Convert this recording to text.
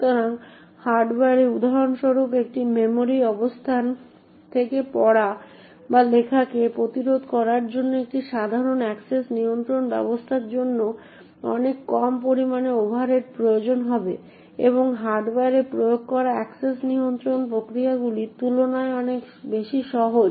সুতরাং হার্ডওয়্যারে উদাহরণস্বরূপ একটি মেমরি অবস্থান থেকে পড়া বা লেখাকে প্রতিরোধ করার জন্য একটি সাধারণ অ্যাক্সেস নিয়ন্ত্রণ ব্যবস্থার জন্য অনেক কম পরিমাণে ওভারহেডের প্রয়োজন হবে এবং হার্ডওয়্যারে প্রয়োগ করা অ্যাক্সেস নিয়ন্ত্রণ প্রক্রিয়াগুলির তুলনায় অনেক বেশি সহজ